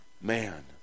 man